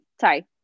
Sorry